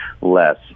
less